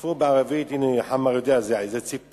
עספור בערבית, הנה, חמד יודע, זה ציפור.